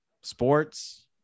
sports